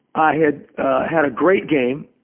i had had a great game,